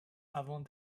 avant